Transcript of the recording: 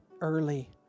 early